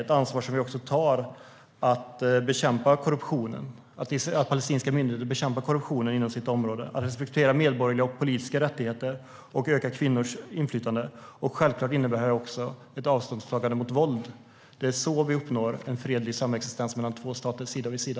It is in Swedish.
Det är ett ansvar som vi också tar för att den palestinska myndigheten ska bekämpa korruptionen inom sitt område, respektera medborgerliga och politiska rättigheter och öka kvinnors inflytande. Självklart innebär det också ett avståndstagande från våld. Det är så vi uppnår en fredlig samexistens mellan två stater sida vid sida.